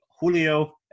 Julio